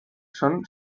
son